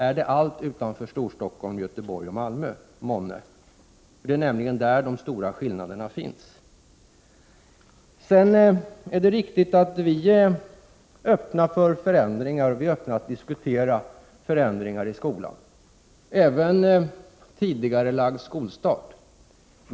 Är det månne allt utanför Storstockholm, Göteborg och Malmö? Det är nämligen där de stora skillnaderna finns. Det är riktigt att vi är öppna för att diskutera förändringar i skolan, även tidigarelagd skolstart.